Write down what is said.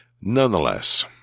nonetheless